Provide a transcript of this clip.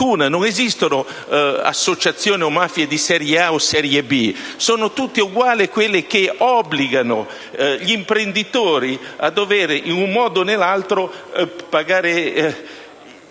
Non esistono associazioni o mafie di serie A o di serie B: sono tutte uguali quelle che obbligano gli imprenditori, in un modo o nell'altro, a pagare